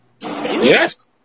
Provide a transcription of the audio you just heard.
Yes